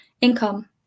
income